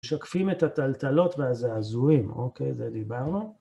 משקפים את הטלטלות והזעזועים, אוקיי, זה דיברנו.